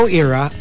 era